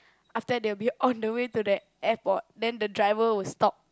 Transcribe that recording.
after that they will be on the way to the airport then the driver will stop